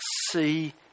see